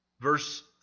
Verse